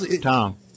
Tom